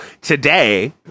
today